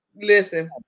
Listen